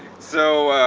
so,